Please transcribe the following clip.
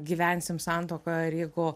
gyvensim santuokoj ir jeigu